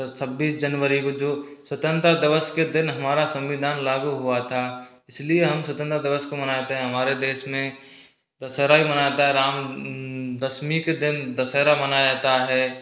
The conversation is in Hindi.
छब्बीस जनवरी को जो स्वतंत्रता दिवस के दिन हमारा संविधान लागू हुआ था इसलिए हम स्वतंत्रता दिवस को मनाते हैं हमारे देश में दशहरा भी मनाया जाता है राम दशमी के दिन दशहरा मनाया जाता है